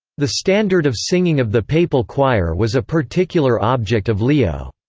the standard of singing of the papal choir was a particular object of leo's